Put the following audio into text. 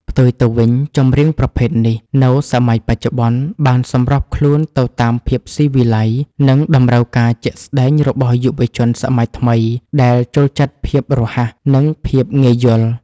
ផ្ទុយទៅវិញ ចម្រៀងប្រភេទនេះ នៅសម័យបច្ចុប្បន្ន បានសម្របខ្លួនទៅតាមភាពស៊ីវិល័យ និងតម្រូវការជាក់ស្ដែងរបស់យុវជនសម័យថ្មី ដែលចូលចិត្តភាពរហ័ស និងភាពងាយយល់។